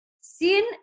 sin